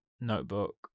notebook